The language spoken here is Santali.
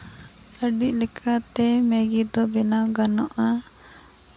ᱟᱹᱰᱤ ᱞᱮᱠᱟᱛᱮ ᱢᱮᱜᱤ ᱫᱚ ᱵᱮᱱᱟᱣ ᱜᱟᱱᱚᱜᱼᱟ